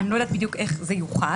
אני לא יודעת בדיוק איך זה יוחל.